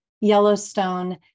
Yellowstone